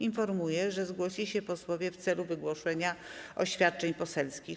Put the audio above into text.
Informuję, że zgłosili się posłowie w celu wygłoszenia oświadczeń poselskich.